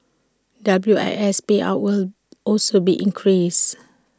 W I S payouts will also be increased